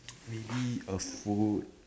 maybe a food